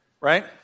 right